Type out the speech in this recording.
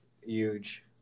huge